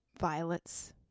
violets